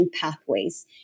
pathways